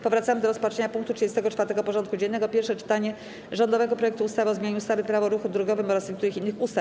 Powracamy do rozpatrzenia punktu 34. porządku dziennego: Pierwsze czytanie rządowego projektu ustawy o zmianie ustawy - Prawo o ruchu drogowym oraz niektórych innych ustaw.